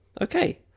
okay